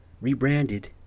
rebranded